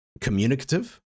communicative